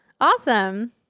Awesome